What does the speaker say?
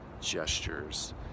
gestures